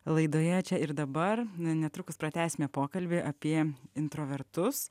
laidoje čia ir dabar netrukus pratęsime pokalbį apie introvertus